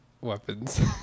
weapons